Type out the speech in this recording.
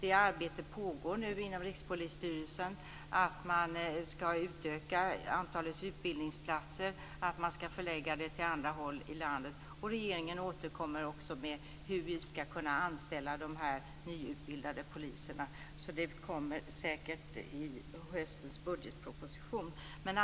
Ett arbete pågår inom Rikspolisstyrelsen för att utöka antalet utbildningsplatser och förlägga dem på annat håll i landet. Regeringen återkommer med förslag till hur de nyutbildade poliserna skall anställas. Det kommer säkert i höstens budgetproposition.